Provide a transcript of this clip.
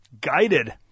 guided